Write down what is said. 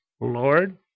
Lord